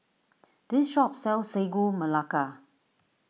this shop sells Sagu Melaka